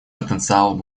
потенциал